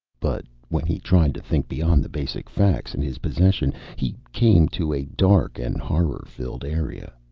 but when he tried to think beyond the basic facts in his possession, he came to a dark and horror-filled area.